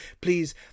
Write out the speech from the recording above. please